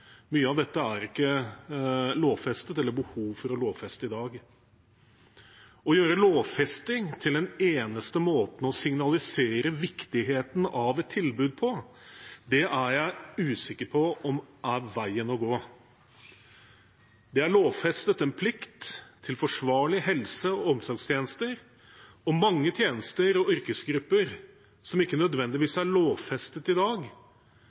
Mye av dette er ikke lovfestet eller har behov for å lovfestes i dag. Å gjøre lovfesting til den eneste måten å signalisere viktigheten av et tilbud på er jeg usikker på om er veien å gå. Det er lovfestet en plikt til forsvarlige helse- og omsorgstjenester, og mange tjenester og yrkesgrupper som ikke nødvendigvis er lovfestet i dag,